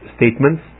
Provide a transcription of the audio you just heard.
Statements